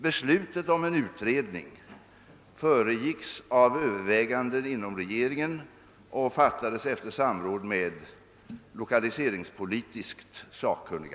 Beslutet om en utredning föregicks av överväganden inom regeringen och fattades efter samråd med lokaliseringspolitiskt sakkunniga.